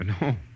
No